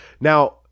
Now